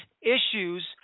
issues